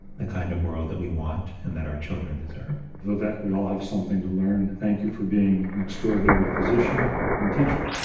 the kind of world that we want, and that our children deserve. vivek, we all have something to learn. thank you for being an extraordinary physician and teacher,